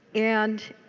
and